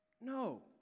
No